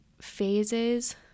phases